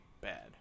bad